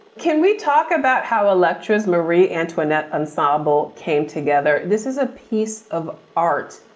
can we talk about how elektra is marie antoinette ensemble came together? this is a piece of art.